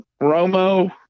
Romo